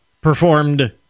performed